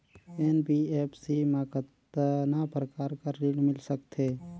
NBFC मा कतना प्रकार कर ऋण मिल सकथे?